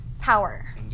power